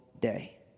day